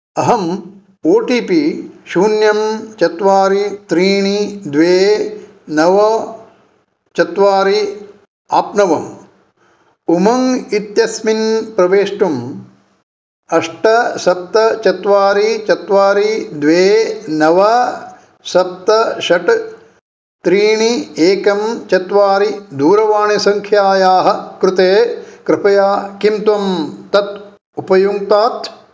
अहम् O T P शून्यं चत्वारि त्रीणि द्वे नव चत्वारि आप्नवम् उमङ्ग् इत्यस्मिन् प्रवेष्टुं अष्ट सप्त चत्वारि चत्वारि द्वे नव सप्त षट् त्रीणि एकं चत्वारि दूरवाणीसङ्ख्यायाः कृते कृपया किं त्वं तत् उपयुङ्क्तात्